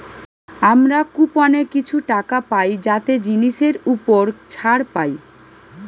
আমরা কুপনে কিছু টাকা পাই যাতে জিনিসের উপর ছাড় পাই